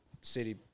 city